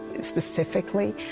specifically